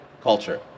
culture